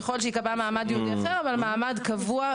ככל שייקבע מעמד ייעודי אחר, אבל מעמד קבוע.